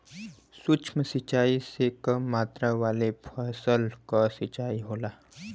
सूक्ष्म सिंचाई से कम मात्रा वाले फसल क सिंचाई होला